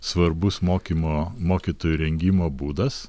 svarbus mokymo mokytojų rengimo būdas